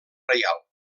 reial